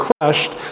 crushed